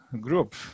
group